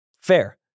Fair